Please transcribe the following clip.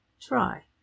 Try